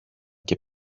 και